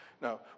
Now